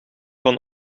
van